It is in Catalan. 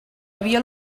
havia